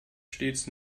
stets